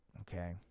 Okay